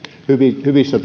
hyvissä